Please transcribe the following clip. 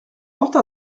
porte